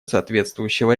соответствующего